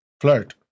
flirt